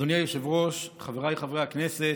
אדוני היושב-ראש, חבריי חברי הכנסת,